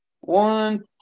One